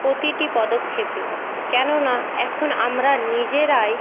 প্রতিটি পদক্ষেপে কেননা এখন আমরা নিজেরাই